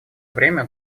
время